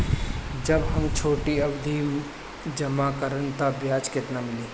जब हम छोटी अवधि जमा करम त ब्याज केतना मिली?